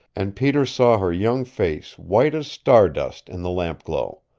and peter saw her young face white as star-dust in the lampglow.